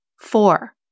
Four